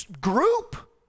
group